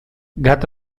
gat